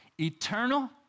eternal